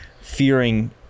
fearing